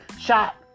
shot